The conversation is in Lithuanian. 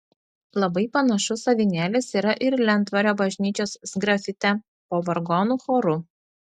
labai panašus avinėlis yra ir lentvario bažnyčios sgrafite po vargonų choru